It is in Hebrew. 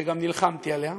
וגם נלחמתי עליה.